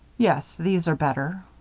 yes, these are better.